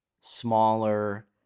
smaller